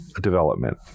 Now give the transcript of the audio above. development